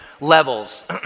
levels